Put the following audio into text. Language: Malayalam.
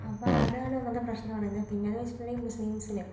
അപ്പം അതാണ് ഒന്നാമത്തെ പ്രശ്നം എന്ന് പറയുന്നത് പിന്നെ എന്ന് വെച്ചിട്ടുണ്ടെങ്കിൽ മുസ്ലിംസിന്